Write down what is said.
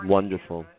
Wonderful